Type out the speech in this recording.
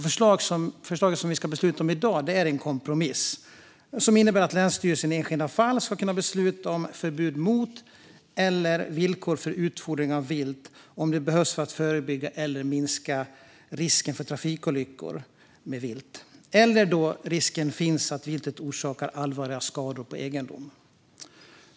Förslaget som vi ska besluta om i dag är en kompromiss som innebär att länsstyrelsen i enskilda fall ska kunna besluta om förbud mot eller villkor för utfodring av vilt om det behövs för att förebygga eller minska risken för trafikolyckor med vilt eller om risken finns att viltet orsakar allvarliga skador på egendom.